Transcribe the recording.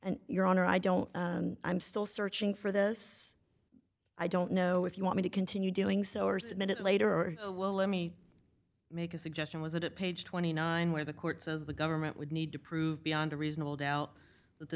and your honor i don't i'm still searching for this i don't know if you want me to continue doing so or submit it later or well let me make a suggestion was it at page twenty nine where the court says the government would need to prove beyond a reasonable doubt that the